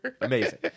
amazing